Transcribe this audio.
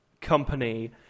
company